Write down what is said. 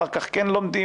אחר כך כן לומדים,